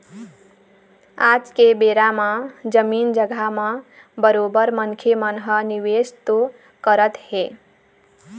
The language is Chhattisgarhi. आज के बेरा म जमीन जघा म बरोबर मनखे मन ह निवेश तो करत हें